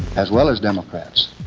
as well as democrats.